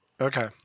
Okay